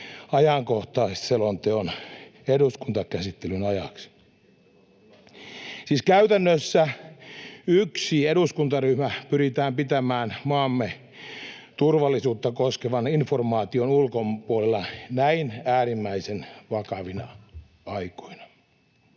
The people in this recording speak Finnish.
ryhmästä: Siihen oli varmaan hyvä syy!] Siis käytännössä yksi eduskuntaryhmä pyritään pitämään maamme turvallisuutta koskevan informaation ulkopuolella näin äärimmäisen vakavina aikoina.